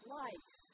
life